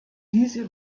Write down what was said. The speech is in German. diese